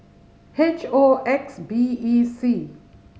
H O X B E C